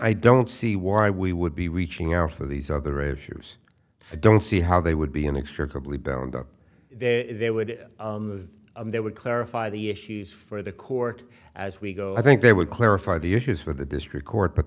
i don't see why we would be reaching out for these other issues i don't see how they would be inextricably bound up there they would they would clarify the issues for the court as we go i think they would clarify the issues for the district court but